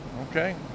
Okay